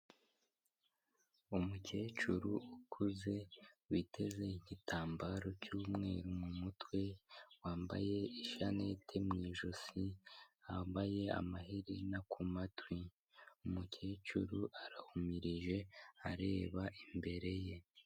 Umukecuru ukuze, witeze igitambaro cy'umweru mu mutwe, wambaye ishanete mu ijosi wambaye amaherena ku matwi. Umukecuru arahumirije areba imbere ye.